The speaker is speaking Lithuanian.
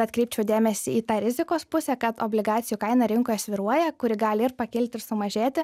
atkreipčiau dėmesį į tą rizikos pusę kad obligacijų kaina rinkoje svyruoja kuri gali ir pakilt ir sumažėti